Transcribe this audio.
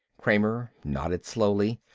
kramer nodded slowly.